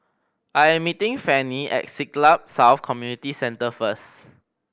I am meeting Fannie at Siglap South Community Centre first